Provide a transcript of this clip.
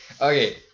okay